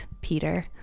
Peter